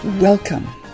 Welcome